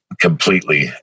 completely